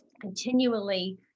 continually